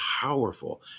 powerful